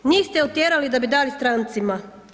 Njih ste otjerali da bi dali strancima.